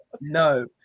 No